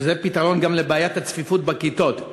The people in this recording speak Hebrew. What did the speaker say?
שזה פתרון גם לבעיית הצפיפות בכיתות,